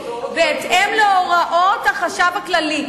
בהתאם להוראות החשב הכללי.